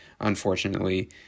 Unfortunately